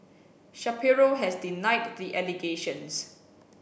Shapiro has denied the allegations